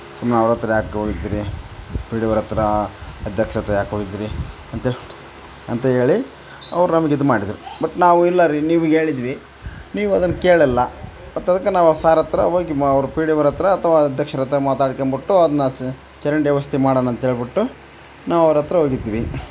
ಸುಮ್ನೆ ಅವ್ರ ಹತ್ರ ಯಾಕೆ ಹೋಗಿದ್ರಿ ಪಿ ಡಿ ಓ ಅವ್ರ ಹತ್ರಾ ಅಧ್ಯಕ್ಷರ ಹತ್ರ ಯಾಕೆ ಹೋಗಿದ್ರಿ ಅಂತೇಳಿ ಅಂತ ಹೇಳಿ ಅವ್ರು ನಮ್ಗೆ ಇದು ಮಾಡಿದ್ರು ಬಟ್ ನಾವು ಇಲ್ಲ ರೀ ನೀವೀಗ್ ಹೇಳಿದ್ವಿ ನೀವು ಅದನ್ನು ಕೇಳಿಲ್ಲ ಮತ್ತು ಅದಕ್ಕೆ ನಾವು ಸಾರ್ ಹತ್ರ ಹೋಗಿ ಮಾ ಅವ್ರು ಪಿ ಡಿ ಓರ್ ಹತ್ರ ಅಥ್ವ ಅಧ್ಯಕ್ಷರ ಹತ್ರ ಮಾತಾಡ್ಕೊಂಬಿಟ್ಟು ಅದನ್ನ ಚರಂಡಿ ವ್ಯವಸ್ಥೆ ಮಾಡೋಣ ಅಂತೇಳ್ಬಿಟ್ಟು ನಾವು ಅವ್ರ ಹತ್ರ ಹೋಗಿದ್ವಿ